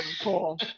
cool